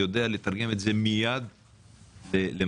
שיודע לתרגם את זה מייד למעשים.